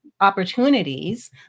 opportunities